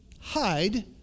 hide